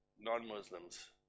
non-Muslims